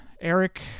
Eric